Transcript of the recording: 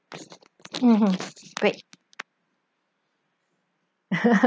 mmhmm wait